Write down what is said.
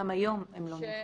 גם היום הן לא נמחקות.